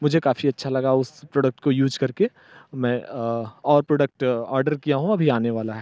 मुझे काफ़ी अच्छा लगा उस प्रोडक्ट को यूज़ करके मैं और प्रोडक्ट ऑर्डर किया हूँ अभी आने वाला है